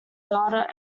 data